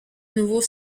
nouveau